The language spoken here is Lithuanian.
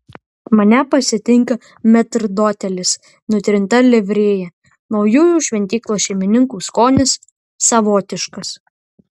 mane pasitinka metrdotelis nutrinta livrėja naujųjų šventyklos šeimininkų skonis savotiškas